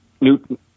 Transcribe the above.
Newton